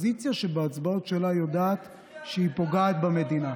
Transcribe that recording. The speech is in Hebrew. אופוזיציה שבהצבעות שלה יודעת שהיא פוגעת במדינה.